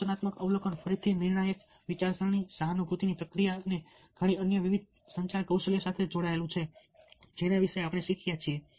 આલોચનાત્મક અવલોકન ફરીથી નિર્ણાયક વિચારસરણી સહાનુભૂતિની પ્રક્રિયા અને અન્ય ઘણી અન્ય વિવિધ સંચાર કૌશલ્યો સાથે જોડાયેલું છે જેના વિશે આપણે શીખ્યા છીએ